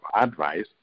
advice